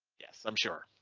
yes, i'm sure.